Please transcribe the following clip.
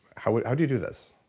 how how do you do this?